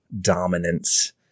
dominance